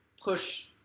push